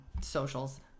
socials